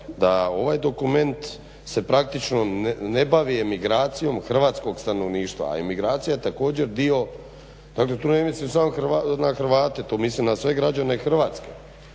da ovaj dokument se praktično ne bavi emigracijom hrvatskog stanovništva, a emigracija je također dio, dakle tu ne mislim samo na Hrvate, tu mislim na sve građane Hrvatske.